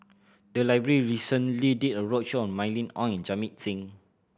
the library recently did a roadshow on Mylene Ong in Jamit Singh